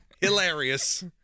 hilarious